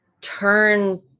turn